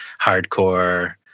hardcore